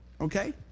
okay